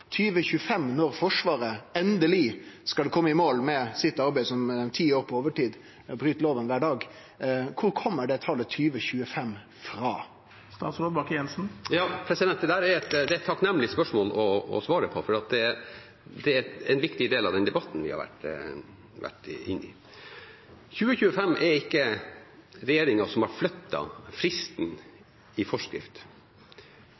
for når Forsvaret endeleg skal kome i mål med arbeidet, som er ti år på overtid og bryt lova kvar dag, kjem frå? Det er et takknemlig spørsmål å svare på. Det er en viktig del av den debatten vi har vært inne i. Det er ikke regjeringen som har flyttet fristen i forskriften. Det er altså en investeringsplan. 2025 er et tall som